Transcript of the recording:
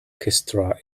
castle